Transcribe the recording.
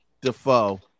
Defoe